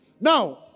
Now